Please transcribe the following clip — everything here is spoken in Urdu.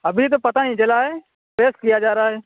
ابھی تو پتہ نہیں چلا ہے ٹیسٹ کیا جا رہا ہے